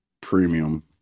premium